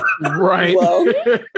Right